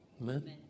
Amen